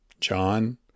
John